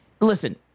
Listen